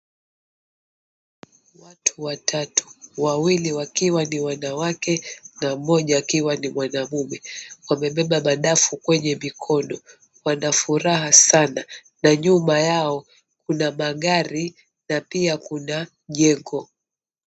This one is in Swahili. Watu watatu, wawili wakiwa ni wanawake na mmoja akiwa ni mwanaume. Wamebeba madafu kwenye mikono wanafuraha sana na nyuma yao kuna magari na pia kuna jengo.